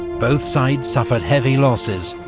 both sides suffered heavy losses,